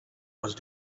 asked